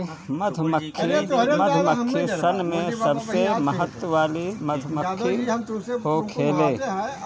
श्रमिक मधुमक्खी मधुमक्खी सन में सबसे महत्व वाली मधुमक्खी होखेले